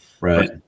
Right